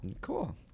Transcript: Cool